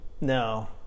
No